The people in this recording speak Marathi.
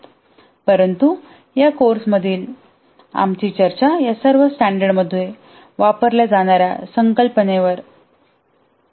परंतु या कोर्समधील आमची चर्चा या सर्व स्टॅंडर्डमधून वापरल्या जाणार्या संकल्पनेवर अधिक असेल